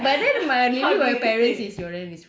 but that's the thing right